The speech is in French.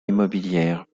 immobilière